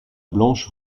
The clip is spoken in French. blanche